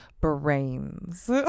brains